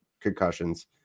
concussions